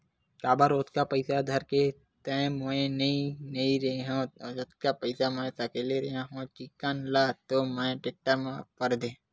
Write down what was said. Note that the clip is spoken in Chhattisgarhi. काबर ओतका पइसा धर के तो मैय गे नइ रेहे हव जतका पइसा मै सकले रेहे हव चिक्कन ल तो मैय टेक्टर म दे परेंव